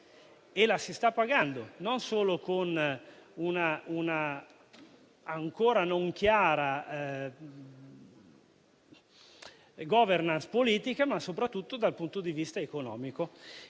E la si sta pagando non solo con una ancora non chiara *governance* politica, ma soprattutto dal punto di vista economico.